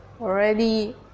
already